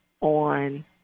on